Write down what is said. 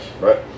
right